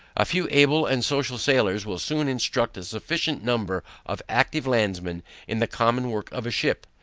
a few able and social sailors will soon instruct a sufficient number of active landmen in the common work of a ship.